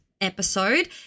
episode